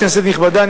כנסת נכבדה,